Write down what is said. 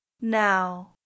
Now